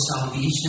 salvation